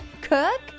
Cook